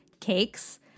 cakes